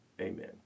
Amen